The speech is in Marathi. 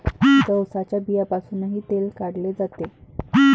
जवसाच्या बियांपासूनही तेल काढले जाते